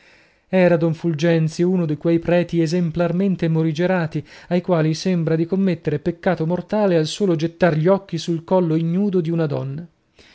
era don fulgenzio uno di quei preti esemplarmente morigerati ai quali sembra di commettere peccato mortale al solo gettar gli occhi sul collo ignudo di una donna